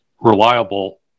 reliable